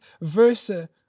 versa